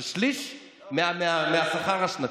זה שליש מהשכר השנתי.